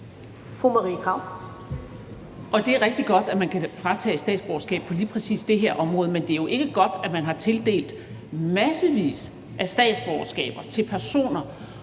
Det er rigtig godt, at man kan fratages statsborgerskab på lige præcis det her område, men det er jo ikke godt, at man har tildelt massevis af statsborgerskaber til personer,